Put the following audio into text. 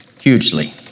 Hugely